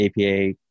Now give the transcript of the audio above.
APA